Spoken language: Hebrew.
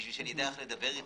כדי שאדע איך לדבר אתם.